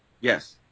Yes